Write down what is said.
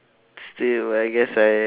still I guess I